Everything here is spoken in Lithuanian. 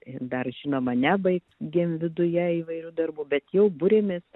ir dar žinoma nebaigėm viduje įvairių darbų bet jau buriamės